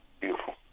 beautiful